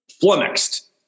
flummoxed